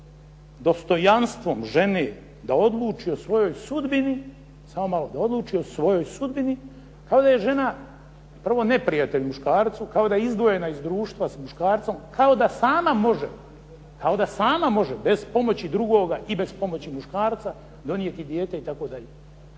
proziva dostojanstvom žene da odluči o svojoj sudbini, kao da je žena prvo neprijatelj muškarcu, kao da je izdvojena iz društva s muškarcem, kao da sama može bez pomoći drugoga i bez pomoći muškarca donijeti dijete itd.